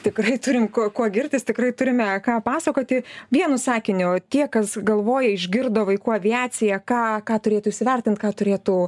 tikrai turim kuo kuo girtis tikrai turime ką pasakoti vienu sakiniu tie kas galvoja išgirdo vaikų aviacija ką ką turėtų įsivertint ką turėtų